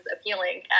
appealing